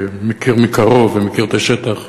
מכיר מקרוב ומכיר את השטח.